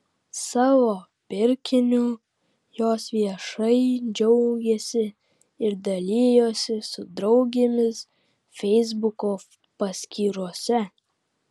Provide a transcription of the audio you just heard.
savo pirkiniu jos viešai džiaugėsi ir dalijosi su draugėmis feisbuko paskyrose